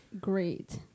great